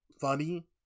funny